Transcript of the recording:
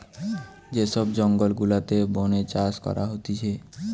যে সব জঙ্গল গুলাতে বোনে চাষ করা হতিছে